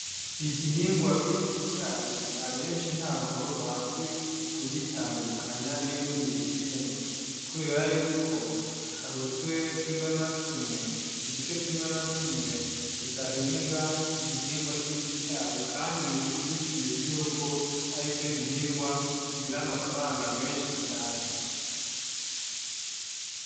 Igihingwa bita icyayi abenshi ntago bazi kugitandukanya n'ibindi bihingwa kubera yuko hari uturere tumwe na tumwe, uduce tumwe na tumwe tudahinga igihingwa cy'icyayi kandi mu by'ukuri kizwiho ko aricyo gihingwa kigira amafaranga menshi cyane.